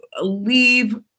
leave